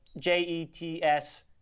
J-E-T-S